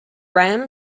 ram